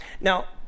Now